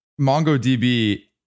MongoDB